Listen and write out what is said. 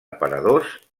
aparadors